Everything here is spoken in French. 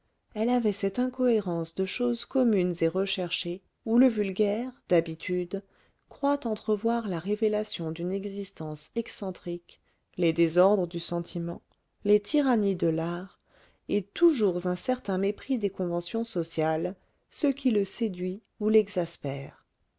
elle avait cette incohérence de choses communes et recherchées où le vulgaire d'habitude croit entrevoir la révélation d'une existence excentrique les désordres du sentiment les tyrannies de l'art et toujours un certain mépris des conventions sociales ce qui le séduit ou l'exaspère